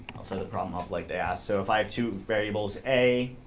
i'll set the problem up like they ask. so if i have two variables, a,